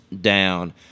down